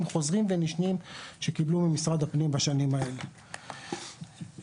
חוזרים ונשנים שקיבלו בשנים האלה ממשרד הפנים.